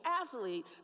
athlete